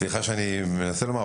סליחה שאני מנסה לומר,